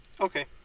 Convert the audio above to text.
Okay